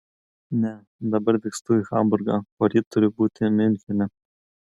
ne dabar vykstu į hamburgą poryt turiu būti miunchene